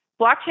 blockchain